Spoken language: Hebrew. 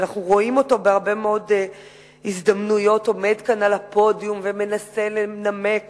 שאנחנו רואים אותו בהרבה מאוד הזדמנויות עומד כאן על הפודיום ומנסה לנמק